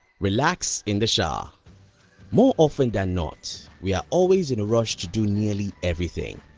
relax in the shower more often than not, we are always in a rush to do nearly everything.